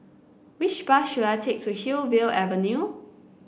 which bus should I take to Hillview Avenue